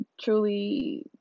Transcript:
truly